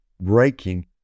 breaking